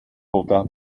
voltar